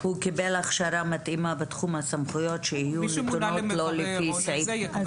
הוא קיבל הכשרה מתאימה בתחום הסמכויות שיהיו מוקנות לו לפי סעיף ---?